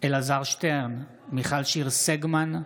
אלעזר שטרן, מיכל שיר סגמן,